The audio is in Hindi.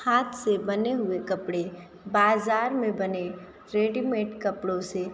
हाथ से बने हुए कपड़े बाजार में बने रेडीमेड कपड़ों से